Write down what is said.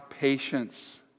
patience